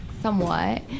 somewhat